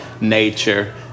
nature